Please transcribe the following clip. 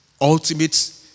ultimate